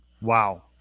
Wow